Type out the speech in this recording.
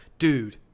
Dude